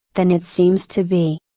than it seems to be.